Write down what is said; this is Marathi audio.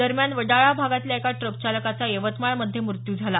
दरम्यान वडाळा भागातल्या एका ट्रकचालकाचा यवतमाळमध्ये मृत्यू झाला